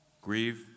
Grieve